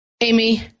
Amy